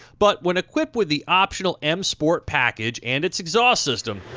but when equipped with the optional m sport package and its exhaust system,